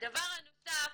דבר נוסף,